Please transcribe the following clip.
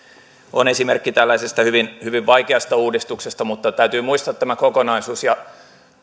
on esimerkki hyvin hyvin vaikeasta uudistuksesta mutta täytyy muistaa tämä kokonaisuus